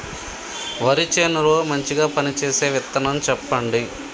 వరి చేను లో మంచిగా పనిచేసే విత్తనం చెప్పండి?